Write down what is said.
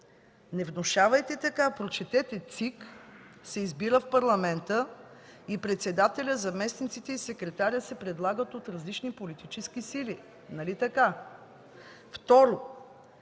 Не внушавайте така, прочетете: ЦИК се избира в Парламента и председателят, заместниците и секретарят се предлагат от различни политически сили. Нали така? Второ,